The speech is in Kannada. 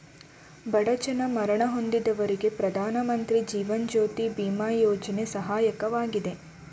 ಬಡ ಜನ ಮರಣ ಹೊಂದಿದವರಿಗೆ ಪ್ರಧಾನಮಂತ್ರಿ ಜೀವನ್ ಜ್ಯೋತಿ ಬಿಮಾ ಯೋಜ್ನ ಸಹಾಯಕವಾಗಿದೆ